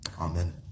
Amen